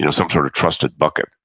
you know some sort of trusted bucket.